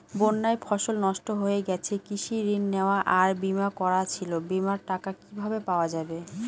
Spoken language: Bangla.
বন্যায় ফসল নষ্ট হয়ে গেছে কৃষি ঋণ নেওয়া আর বিমা করা ছিল বিমার টাকা কিভাবে পাওয়া যাবে?